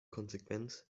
konsequenz